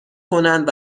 کنند